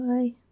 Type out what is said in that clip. Bye